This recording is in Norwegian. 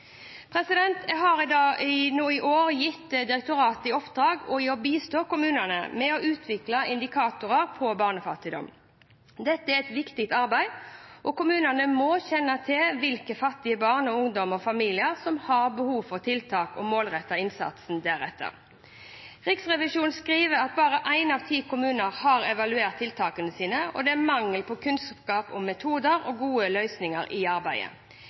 nå i år gitt direktoratet i oppdrag å bistå kommunene med å utvikle indikatorer på barnefattigdom. Dette er et viktig arbeid. Kommunene må kjenne til hvilke fattige barn og ungdommer og familier som har behov for tiltak, og målrette innsatsen deretter. Riksrevisjonen skriver at bare en av ti kommuner har evaluert tiltakene sine, og det er mangel på kunnskap om metoder og gode løsninger i arbeidet.